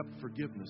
forgiveness